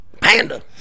Panda